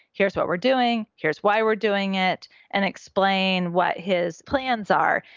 here's what we're doing, here's why we're doing it and explain what his plans are.